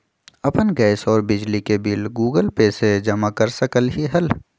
अपन गैस और बिजली के बिल गूगल पे से जमा कर सकलीहल?